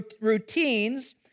routines